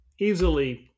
easily